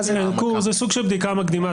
זה סוג של בדיקה מקדימה.